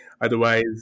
Otherwise